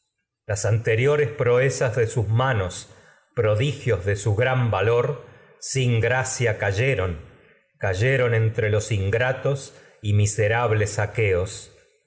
las anteriores proezas de sus manos prodigios de su gran y valor sin gracia cayeron cayeron entre los ingratos dre miserables aqueos